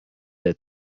der